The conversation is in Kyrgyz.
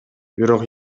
бирок